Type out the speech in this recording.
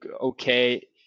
okay